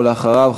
ואחריו,